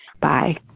Bye